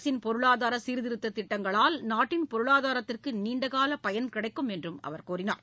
அரசின் பொருளாதார சீர்திருத்த திட்டங்களால் நாட்டின் பொருளாதாரத்திற்கு நீண்டகால பயன் கிடைக்கும் என்றும் அவர் கூறினார்